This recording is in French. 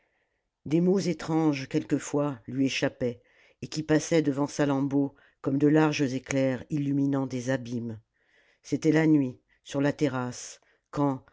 des mots étranges quelquefois lui échappaient et qui passaient devant salammbô comme de larges éclairs illuminant des abîmes c'était la nuit sur la terrasse quand